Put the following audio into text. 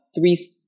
three